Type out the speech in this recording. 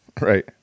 Right